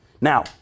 Now